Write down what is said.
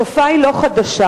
התופעה היא לא חדשה.